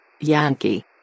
Yankee